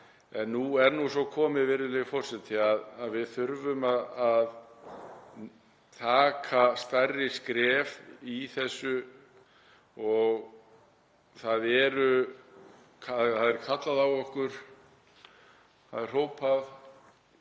en nú er svo komið, virðulegi forseti, að við þurfum að taka stærri skref í þessu og það er kallað á okkur. Það er hrópað